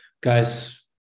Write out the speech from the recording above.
guys